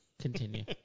Continue